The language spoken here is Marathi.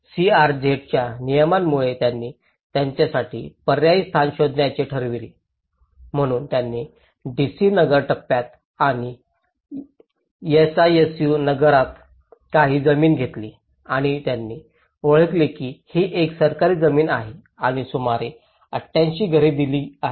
आणि सीआरझेडच्या नियमांमुळे त्यांनी त्यांच्यासाठी पर्यायी स्थान शोधण्याचे ठरविले म्हणून त्यांनी डीसी नगर टप्प्यात आणि एसआयएसयू नगरात काही जमीन घेतली आणि त्यांनी ओळखले की ही एक सरकारी जमीन आहे आणि सुमारे 88 घरे दिली आहेत